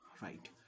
right